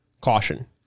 caution